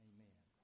Amen